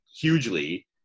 hugely